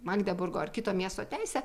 magdeburgo ar kito miesto teisę